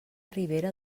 ribera